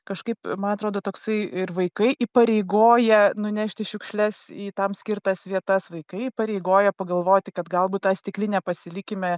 kažkaip man atrodo toksai ir vaikai įpareigoja nunešti šiukšles į tam skirtas vietas vaikai įpareigoja pagalvoti kad galbūt tą stiklinę pasilikime